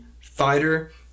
fighter